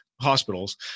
hospitals